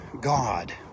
God